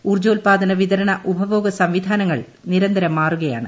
ഊർജ്ജോല്പാദന വിതരണ ഉപഭോഗ സംവിധാനങ്ങൾ നിരന്തരം മാറുകയാണ്